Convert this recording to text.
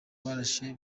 barashe